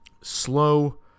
slow